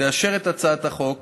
תאשר את הצעת החוק